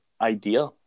idea